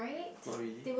not really